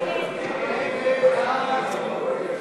הצעת סיעות יהדות התורה,